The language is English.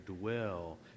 dwell